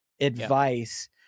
advice